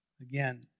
again